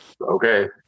Okay